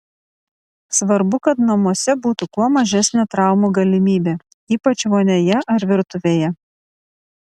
svarbu kad namuose būtų kuo mažesnė traumų galimybė ypač vonioje ar virtuvėje